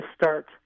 start